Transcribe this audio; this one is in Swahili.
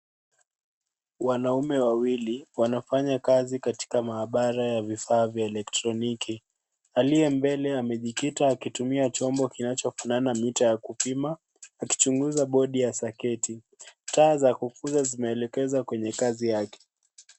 Wanaume wawili, wanafanya kazi katika maabara ya vifaa vya elektroniki. Aliye mbele amejikita akitumia chombo kinachofanana mita ya kupima, akichunguza bodi ya saketi. Taa za kukuza zimeelekeza kwenye kazi yake.